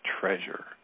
treasure